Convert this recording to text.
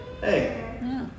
hey